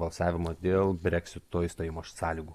balsavimo dėl breksito išstojimo sąlygų